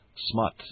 smut